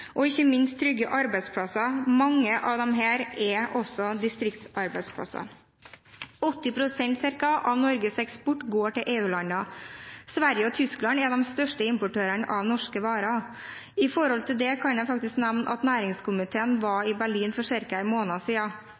og – ikke minst – trygge arbeidsplasser, mange av dem distriktsarbeidsplasser. Cirka 80 pst. av Norges eksport går til EU-landene. Sverige og Tyskland er de største importørene av norske varer. I den sammenheng kan jeg faktisk nevne at næringskomiteen var i Berlin for ca. en måned